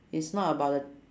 it's not about the